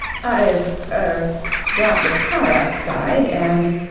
i've er got the car outside, and.